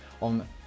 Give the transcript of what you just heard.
on